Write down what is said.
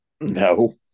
No